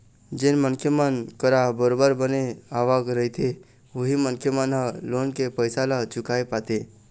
जेन मनखे मन करा बरोबर बने आवक रहिथे उही मनखे मन ह लोन के पइसा ल चुकाय पाथे